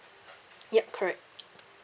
ya correct